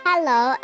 Hello